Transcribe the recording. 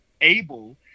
able